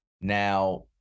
Now